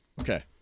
Okay